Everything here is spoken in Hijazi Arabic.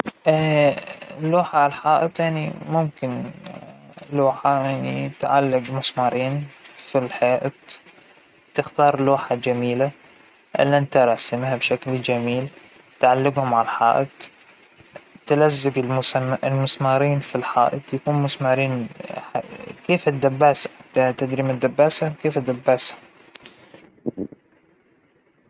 بنجيب المسمار والمطرقة ون -وندقه بالجدار، نترك منه شوية طول بارز مو كثير، شوى قد ال القدر ال- ال- اللى يعلقوا عليه ال- اللوحة، بس نتأكد من ثباته بنجيب اللوحة، ونضعها عليه، نظبط الزوايا تبعها وال وخلاص.